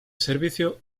servicio